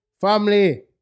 Family